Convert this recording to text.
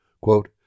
Quote